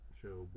show